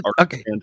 okay